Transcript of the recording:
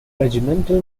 regimental